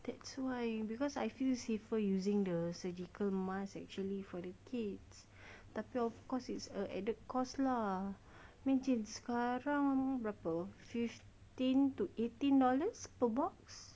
that's why because I feel safer using the surgical mask actually for the kids tapi of course it's a added cost lah imagine sekarang berapa fifteen to eighteen dollars per box